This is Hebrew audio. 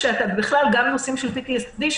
וגם במקרים של PPSD,